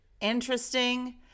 interesting